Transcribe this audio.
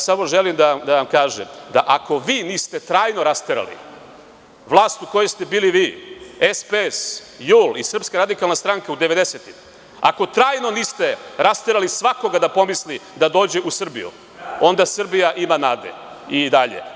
Samo želim da vam kažem da ako vi niste trajno rasterali vlast u kojoj ste bili vi, SPS, JUL i SRS u devedesetim, ako trajno niste rasterali svakoga da pomisli da dođe u Srbiju, onda Srbija ima nade i dalje.